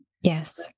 yes